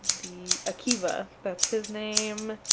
the akiva, that's his name,